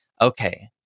okay